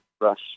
rush